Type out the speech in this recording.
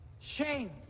shame